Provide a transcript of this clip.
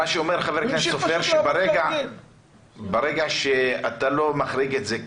מה שאומר שחבר סופר הוא שברגע שאתה לא מחריג את זה כאן,